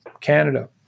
Canada